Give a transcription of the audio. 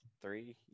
three